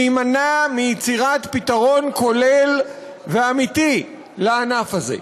להימנע מיצירת פתרון כולל ואמיתי לענף הזה.